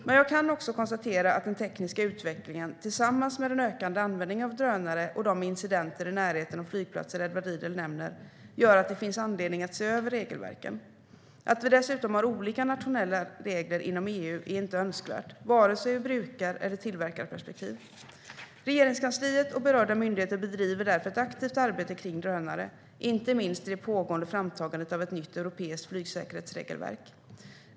Men jag kan också konstatera att den tekniska utvecklingen, tillsammans med den ökade användningen av drönare och de incidenter i närheten av flygplatser Edward Riedl nämner, gör att det finns anledning att se över regelverken. Att vi dessutom har olika nationella regler inom EU är inte önskvärt, vare sig ur brukar eller tillverkarperspektiv. Regeringskansliet och berörda myndigheter bedriver därför ett aktivt arbete kring drönare, inte minst i det pågående framtagandet av ett nytt europeiskt flygsäkerhetsregelverk.